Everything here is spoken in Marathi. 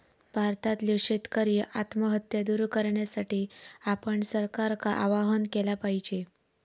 भारतातल्यो शेतकरी आत्महत्या दूर करण्यासाठी आपण सरकारका आवाहन केला पाहिजे